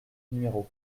numéros